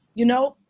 you know?